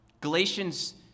Galatians